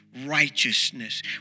righteousness